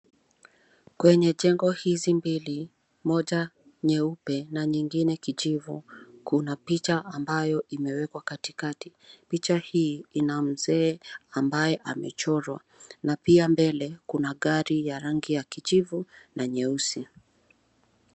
Kwenye jengo hizi mbili moja nyeupe na nyingine kijivu kuna picha ambayo imewekwa katikati. Picha hii ina mzee ambaye amechorwa na pia mbele kuna gari ya rangi ya kijivu na nyeusi.